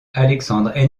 alexandre